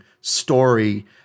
story